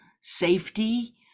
safety